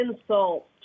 insult